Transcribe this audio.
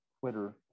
twitter